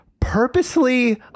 purposely